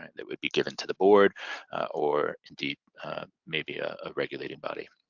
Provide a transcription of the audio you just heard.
that would be given to the board or indeed maybe a regulating body.